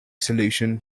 solution